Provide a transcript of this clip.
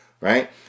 Right